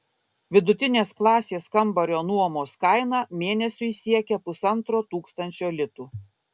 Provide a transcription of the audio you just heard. vidutinės klasės kambario nuomos kaina mėnesiui siekia pusantro tūkstančio litų